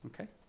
Okay